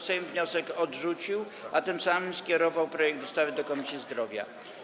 Sejm wniosek odrzucił, a tym samym skierował projekt ustawy do Komisji Zdrowia.